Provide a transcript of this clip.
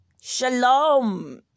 shalom